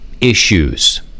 issues